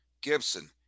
Gibson